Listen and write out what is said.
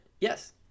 yes